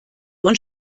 und